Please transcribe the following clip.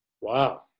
wow